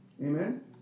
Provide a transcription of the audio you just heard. Amen